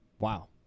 Wow